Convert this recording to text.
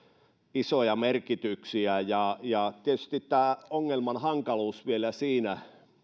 isoja merkityksiä tietysti tämän ongelman hankaluus ja